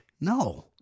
no